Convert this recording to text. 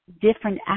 different